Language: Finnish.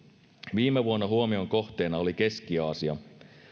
viime vuonna huomion kohteena oli keski aasia